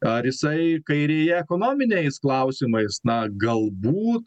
ar jisai kairėje ekonominiais klausimais na galbūt